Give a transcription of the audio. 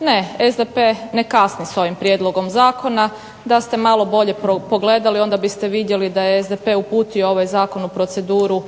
Ne, SDP ne kasni s ovim prijedlogom zakona. Da ste malo bolje pogledali onda biste vidjeli da je SDP uputio ovaj zakon u proceduru